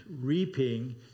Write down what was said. reaping